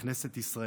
בכנסת ישראל,